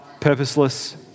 purposeless